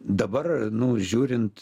dabar nu žiūrint